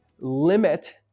limit